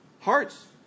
hearts